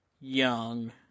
Young